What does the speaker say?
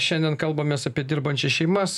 šiandien kalbamės apie dirbančias šeimas